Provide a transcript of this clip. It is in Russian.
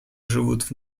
живут